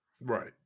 Right